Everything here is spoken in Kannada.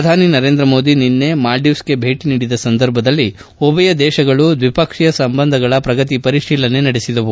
ಪ್ರಧಾನಿ ನರೇಂದ್ರ ಮೋದಿ ನಿನ್ನೆ ಮಾಲ್ಡೀವ್ಗೆ ಭೇಟಿ ನೀಡಿದ ಸಂದರ್ಭದಲ್ಲಿ ಉಭಯ ದೇಶಗಳು ದ್ವಿಪಕ್ಷೀಯ ಸಂಬಂಧಗಳ ಪ್ರಗತಿ ಪರಿತೀಲನೆ ನಡೆಸಿದವು